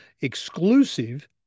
exclusive